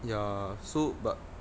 ya so but